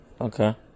Okay